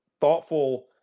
thoughtful